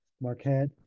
Marquette